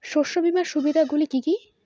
শস্য বীমার সুবিধা গুলি কি কি?